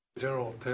General